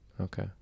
okay